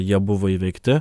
jie buvo įveikti